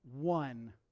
one